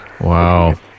Wow